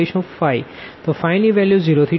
તો ફાઈ ની વેલ્યુ 0 થી 2π અને r જશે 0 થી 1 માં